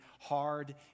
hard